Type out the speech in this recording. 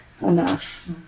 enough